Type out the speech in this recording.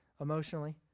emotionally